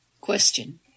Question